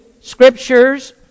scriptures